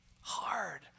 hard